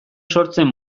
sortzen